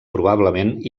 probablement